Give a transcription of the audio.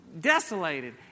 desolated